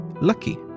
lucky